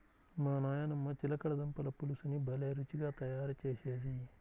మా నాయనమ్మ చిలకడ దుంపల పులుసుని భలే రుచిగా తయారు చేసేది